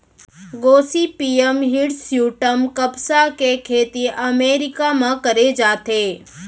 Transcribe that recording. Gossypium हिरस्यूटम कपसा के खेती अमेरिका म करे जाथे